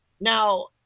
Now